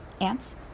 ants